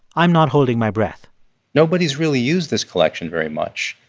i'm not holding my breath nobody's really used this collection very much.